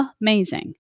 amazing